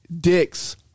dicks